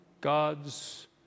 God's